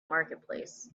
marketplace